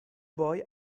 boys